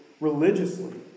religiously